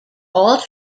all